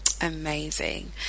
Amazing